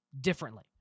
differently